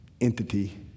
entity